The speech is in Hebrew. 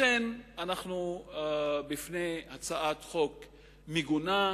לכן, אנחנו עומדים בפני הצעת חוק מגונה,